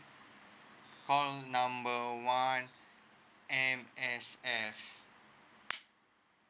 call number one M_S_F